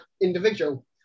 individual